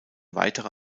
weitere